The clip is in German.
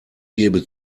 gebe